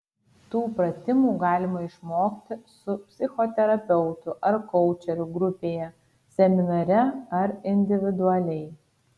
tų pratimų galima išmokti su psichoterapeutu ar koučeriu grupėje seminare ar individualiai